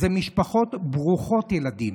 הוא משפחות ברוכות ילדים,